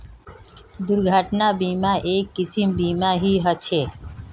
दुर्घटना बीमा, एक किस्मेर बीमा ही ह छे